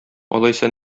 алайса